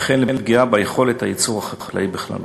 וכן לפגיעה ביכולת הייצור החקלאי בכללותו.